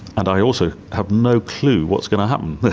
and i also have no clue what's going to happen